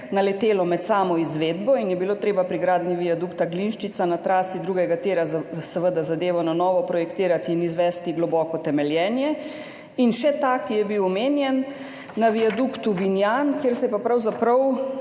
naletelo med samo izvedbo, zato je bilo treba pri gradnji viadukta Glinščica na trasi drugega tira seveda zadevo na novo projektirati in izvesti globoko temeljenje. In še ta, ki je bil omenjen, na viaduktu Vinjan, kjer se je pa pravzaprav